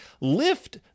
lift